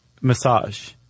massage